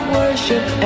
worship